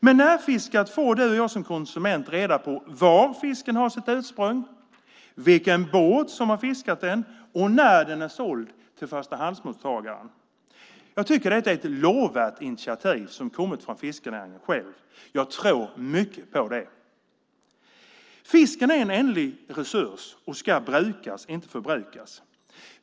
Med Närfiskat får du och jag som konsument reda på var fisken har sitt ursprung, vilken båt som har fiskat den och när den är såld till förstahandsmottagaren. Jag tycker att det är ett lovvärt initiativ som har kommit från fiskenäringen själv. Jag tror mycket på det. Fisken är en ändlig resurs och ska brukas, inte förbrukas.